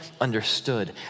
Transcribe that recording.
understood